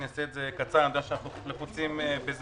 אעשה את זה קצר אני יודע שאנו לחוצים בזמן.